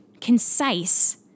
concise